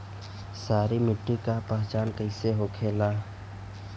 सारी मिट्टी का पहचान कैसे होखेला?